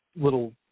little